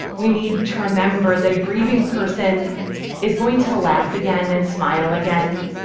we need to remember that a grieving person is going to laugh again and smile again.